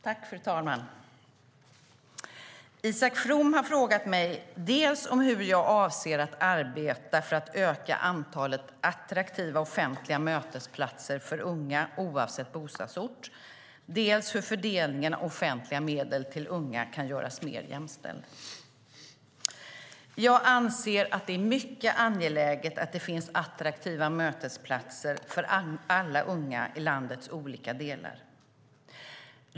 Fru talman! Isak From har frågat mig dels hur jag avser att arbeta för att öka antalet attraktiva offentliga mötesplatser för unga oavsett bostadsort, dels hur fördelningen av offentliga medel till unga kan göras mer jämställd. Jag anser att det är mycket angeläget att det finns attraktiva mötesplatser för alla unga i landets olika delar.